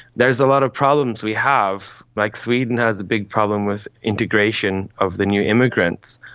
there's a lot of problems we have, like sweden has a big problem with integration of the new immigrants,